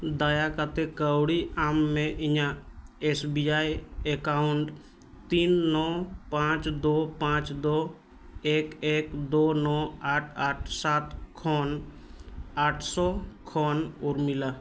ᱫᱟᱭᱟ ᱠᱟᱛᱮᱫ ᱠᱟᱹᱣᱰᱤ ᱮᱢ ᱢᱮ ᱤᱧᱟᱹᱜ ᱮᱥ ᱵᱤ ᱟᱭ ᱮᱠᱟᱣᱩᱱᱴ ᱛᱤᱱ ᱱᱚ ᱯᱟᱸᱪ ᱫᱳ ᱯᱟᱸᱪ ᱫᱳ ᱮᱠ ᱮᱠ ᱫᱳ ᱱᱚ ᱟᱴ ᱟᱴ ᱥᱟᱛ ᱠᱷᱟᱱ ᱟᱴᱥᱚ ᱠᱷᱚᱱ ᱩᱨᱢᱤᱞᱟ